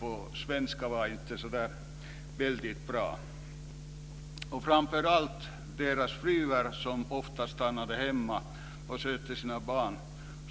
Framför allt var det så att deras fruar ofta stannade hemma för att sköta sina barn